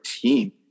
team